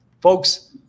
folks